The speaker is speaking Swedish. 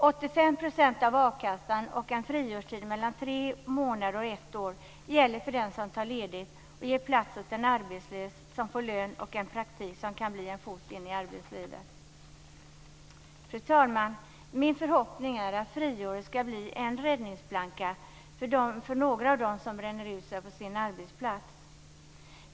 85 % av a-kassan och en friårstid på mellan tre månader och ett år gäller för den som tar ledigt och ger plats åt en arbetslös som får lön och en praktik som kan bli en fot in i arbetslivet. Fru talman! Min förhoppning är att friåret ska bli en räddningsplanka för några av dem som bränner ut sig på sin arbetsplats.